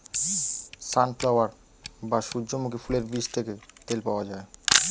sunflower বা সূর্যমুখী ফুলের বীজ থেকে তেল পাওয়া যায়